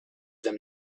them